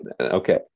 Okay